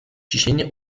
ciśnienie